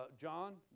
John